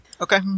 Okay